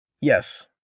Yes